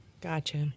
Gotcha